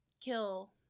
kill